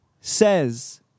says